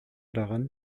daran